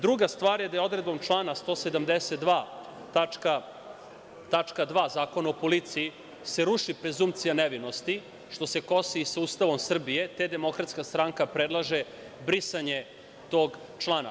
Druga stvar je da se odredbom člana 172. tačka 2) Zakona o policiji ruši prezunkcija nevinosti, što se kosi i sa Ustavom Srbije, te DS predlaže brisanje tog člana.